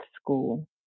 school